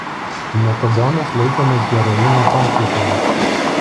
metadonas laikomas heroino pakaitalu